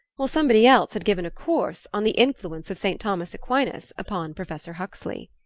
while somebody else had given a course on the influence of st. thomas aquinas upon professor huxley.